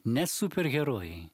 ne superherojai